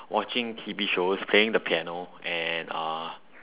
watching T_V shows playing the piano and uh